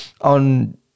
on